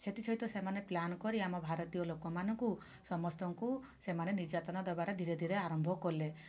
ସେଥି ସହିତ ସେମାନେ ପ୍ଲାନ୍ କରି ଆମ ଭାରତୀୟ ଲୋକମାନଙ୍କୁ ସମସ୍ତଙ୍କୁ ସେମାନେ ନିର୍ଯ୍ୟାତନା ଦେବାର ସେମାନେ ଧିରେ ଧିରେ ଆରମ୍ଭ କଲେ